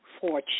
fortune